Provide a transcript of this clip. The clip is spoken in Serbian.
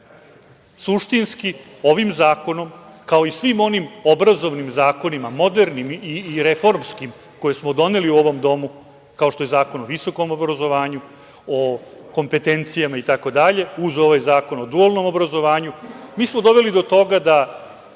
Suštinski, ovim zakonom, kao i svim onim obrazovnim zakonima, modernim i reformskim koje smo doneli u ovom domu, kao što je Zakon o visokom obrazovanju, o kompetencijama itd. uz ovaj Zakon o dualnom obrazovanju, mi smo doveli do toga da